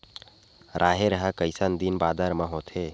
राहेर ह कइसन दिन बादर म होथे?